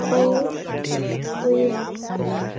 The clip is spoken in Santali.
ᱠᱳ ᱩᱭᱤᱱ